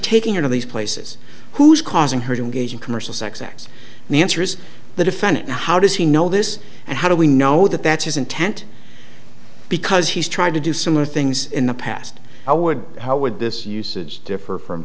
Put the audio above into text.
taking out of these places who's causing her to engage in commercial sex acts and the answer is the defendant how does he know this and how do we know that that's his intent because he's tried to do similar things in the past i would how would this usage differ from